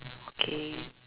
okay